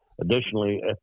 Additionally